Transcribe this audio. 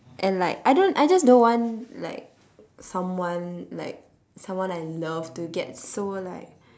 and like I don't I just don't want like someone like someone I love to get so like